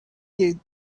you